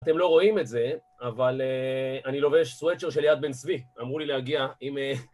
אתם לא רואים את זה, אבל אני לובש סוויטשירט של יד בן צבי. אמרו לי להגיע עם...